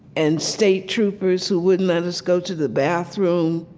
and state troopers who wouldn't let us go to the bathroom,